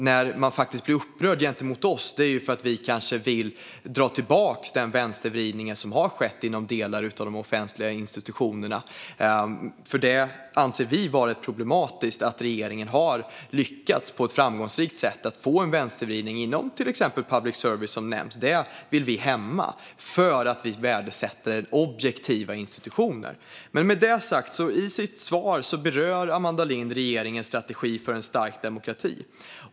När man blir upprörd gentemot oss är det för att vi kanske vill dra tillbaka den vänstervridning som har skett inom delar av de offentliga institutionerna. Vi anser det nämligen vara problematiskt att regeringen har lyckats att på ett framgångsrikt sätt få en vänstervridning inom exempelvis public service, som nämndes. Det vill vi hämma, eftersom vi värdesätter objektiva institutioner. I sitt svar berör Amanda Lind regeringens strategi för en stark demokrati.